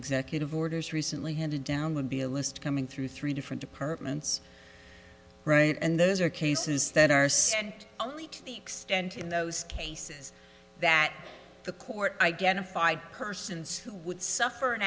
executive orders recently handed down would be a list coming through three different departments right and those are cases that are said only to the extent in those cases that the court i get a five persons who would suffer an